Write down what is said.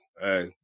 Hey